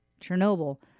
Chernobyl